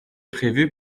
prévu